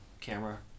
camera